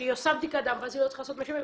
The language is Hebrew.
היא עושה בדיקת דם ואז היא לא צריכה לעשות מי שפיר,